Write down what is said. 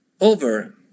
over